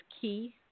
key